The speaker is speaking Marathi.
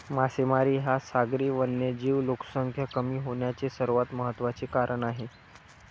मासेमारी हा सागरी वन्यजीव लोकसंख्या कमी होण्याचे सर्वात महत्त्वाचे कारण आहे